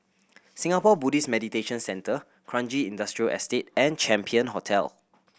Singapore Buddhist Meditation Centre Kranji Industrial Estate and Champion Hotel